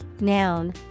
noun